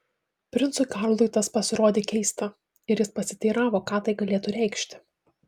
princui karlui tas pasirodė keista ir jis pasiteiravo ką tai galėtų reikšti